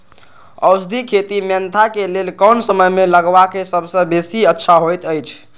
औषधि खेती मेंथा के लेल कोन समय में लगवाक सबसँ बेसी अच्छा होयत अछि?